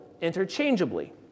interchangeably